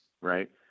right